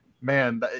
man